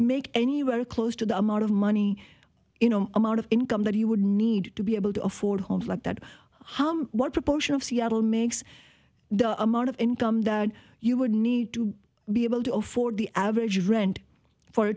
make anywhere close to the amount of money in an amount of income that he would need to be able to afford homes like that what proportion of seattle makes the amount of income that you would need to be able to afford the average rent for a